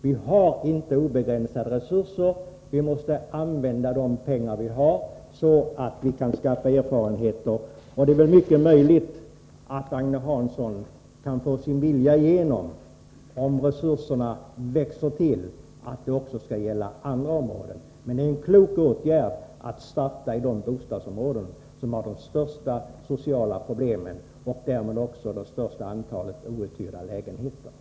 Vi har inte obegränsade resurser, och vi måste använda de pengar vi har så att vi kan skaffa erfarenheter. Det är väl mycket möjligt att Agne Hansson kan få sin vilja igenom, om resurserna växer till, så att det också skall gälla andra områden. Men det är alltså en klok åtgärd att starta i de bostadsområden som har de största sociala problemen och därmed också det största antalet outhyrda lägenheter.